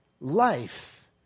life